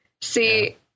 See